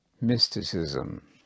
mysticism